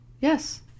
yes